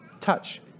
Touch